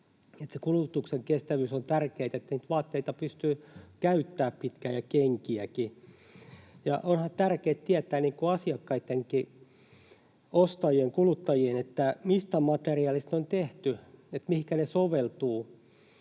kulutuksen kestävyys on tärkeää, niin että niitä vaatteita pystyy käyttämään pitkään, ja kenkiäkin. Ja onhan asiakkaittenkin tärkeätä tietää, ostajien, kuluttajien, mistä materiaalista ne on tehty, mihinkä ne soveltuvat.